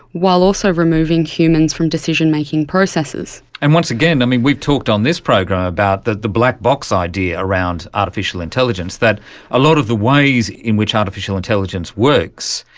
while also removing humans from decision-making processes. and once again, we've talked on this program about the the black box idea around artificial intelligence, that a lot of the ways in which artificial intelligence works,